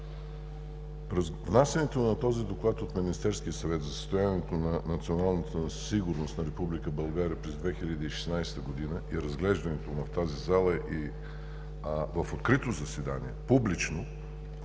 Внасянето на този Доклад от Министерския съвет за състоянието на националната сигурност на Република България през 2016 г. и разглеждането му в тази зала и в открито заседание, публично,